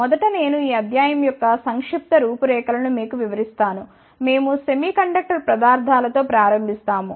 మొదట నేను ఈ అధ్యాయం యొక్క సంక్షిప్త రూపురేఖ లను మీకు వివరిస్తాను మేము సెమీకండక్టర్ పదార్థాలతో ప్రారంభిస్తాము